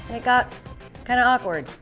it got kind of awkward.